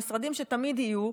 משרדים שתמיד יהיו,